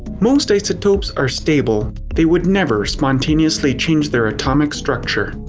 most isotopes are stable. they would never spontaneously change their atomic structure.